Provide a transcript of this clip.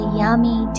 yummy